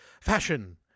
fashion